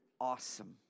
awesome